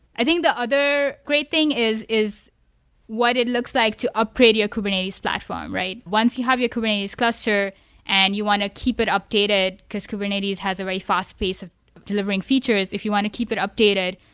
i think the other great thing is is what it looks like to upgrade your kubernetes platform. once you have your kubernetes cluster and you want to keep it updated, because kubernetes has a very fast pace of delivering features if you want to keep it updated.